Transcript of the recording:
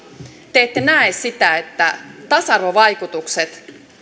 te ette näe sitä että tasa arvovaikutukset